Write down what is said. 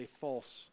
false